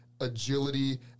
agility